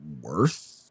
worth